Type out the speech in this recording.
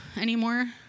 anymore